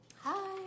Hi